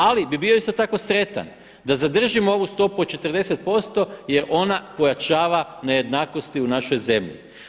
Ali bih bio isto tako sretan da zadržimo ovu stopu od 40% jer ona pojačava nejednakosti u našoj zemlji.